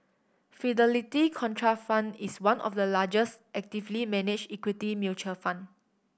Fidelity Contrafund is one of the largest actively managed equity mutual fund